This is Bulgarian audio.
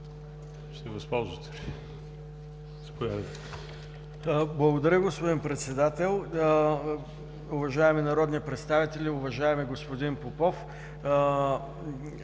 Благодаря, господин Председател. Уважаеми народни представители, уважаеми господин Попов,